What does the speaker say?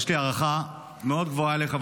יש לי הערכה מאוד גבוהה אליך,